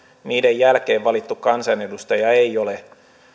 niiden jälkeen valittu kansanedustaja ei ole